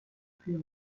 feel